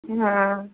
हाँ